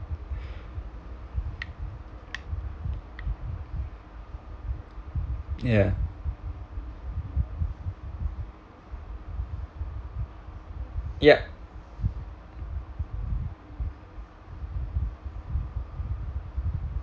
ya yup